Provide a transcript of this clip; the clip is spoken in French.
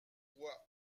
voix